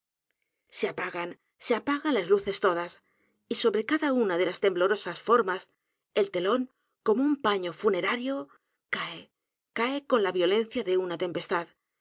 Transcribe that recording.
se apagan se a p a g a n las luces t o d a s y sobre cada una de las temblorosas formas el telón como un paño funerario cae cae con la violencia de una